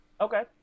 Okay